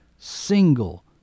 Single